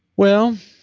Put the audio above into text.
well,